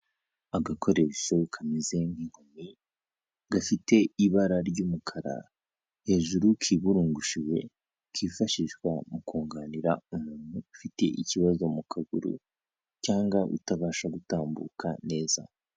Agakoresho kameze nk'inkoni, gafite ibara ry'umukara hejuru, kiburungushuye, kifashishwa mu kunganira umuntu ufite ikibazo mu kaguru. Cyangwa utabasha gutambuka neza.